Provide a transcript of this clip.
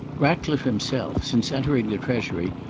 ratcliffe himself, since entering the treasury,